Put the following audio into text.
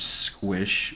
squish